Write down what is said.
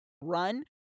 run